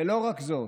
ולא רק זאת,